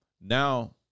now